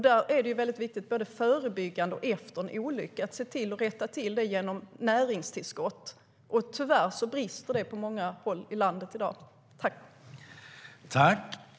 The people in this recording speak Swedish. Det är väldigt viktigt att både förebyggande och efter en olycka se till att rätta till det genom näringstillskott. Tyvärr brister detta på många håll i landet i dag.